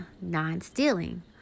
non-stealing